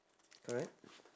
correct